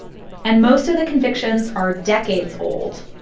and most of the convictions are decades old.